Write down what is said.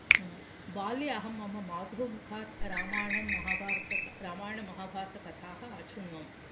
बाल्ये अहं मम मातुः मुखात् रामायण महाभारत रामायणमहाभारतकथाः अश्रुण्वम्